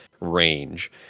range